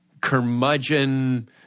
curmudgeon